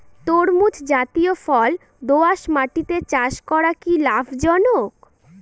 তরমুজ জাতিয় ফল দোঁয়াশ মাটিতে চাষ করা কি লাভজনক?